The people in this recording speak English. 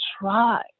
try